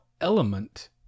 element